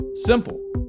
Simple